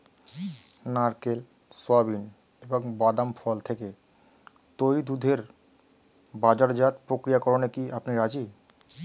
নারকেল, সোয়াবিন এবং বাদাম ফল থেকে তৈরি দুধের বাজারজাত প্রক্রিয়াকরণে কি আপনি রাজি?